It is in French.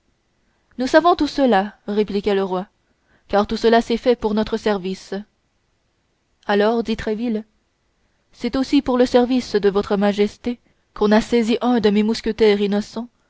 nous savons tout cela répliqua le roi car tout cela s'est fait pour notre service alors dit tréville c'est aussi pour le service de votre majesté qu'on a saisi un de mes mousquetaires innocent